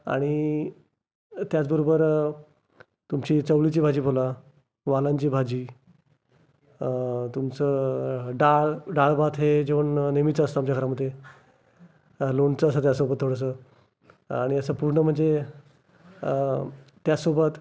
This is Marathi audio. आणि त्याचबरोबर तुमची चवळीची भाजी बोला वालांची भाजी तुमचं डाळ डाळ भात हे जेवण ना नेहमीच असतं आमच्या घरामध्ये लोणचं असतं त्यासोबत थोडंसं आणि असं पूर्ण म्हणजे त्याचसोबत